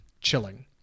chilling